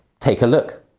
take a look